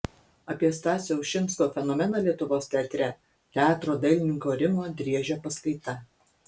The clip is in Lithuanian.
apie stasio ušinsko fenomeną lietuvos teatre teatro dailininko rimo driežio paskaita